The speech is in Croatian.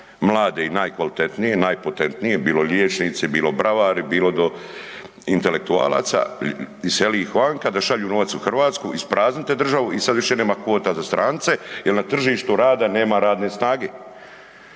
mlade i najkvalitetnije, najpotentnije, bilo liječnici, bilo bravari bilo do intelektualaca iselili ih vanka da šalju novac u Hrvatsku, ispraznite državu i sad više nema kvota za strance jer na tržištu rada nema radne snage.